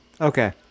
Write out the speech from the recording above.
Okay